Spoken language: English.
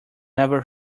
never